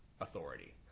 authority